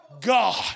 God